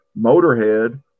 Motorhead